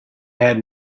had